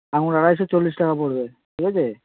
আঙুর আড়াইশো চল্লিশ টাকা পড়বে ঠিক আছে